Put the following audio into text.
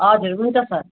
हजुर हुन्छ सर